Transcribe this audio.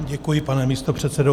Děkuji, pane místopředsedo.